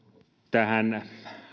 tähän